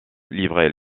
livrer